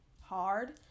hard